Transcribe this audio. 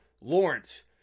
lawrence